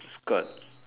skirt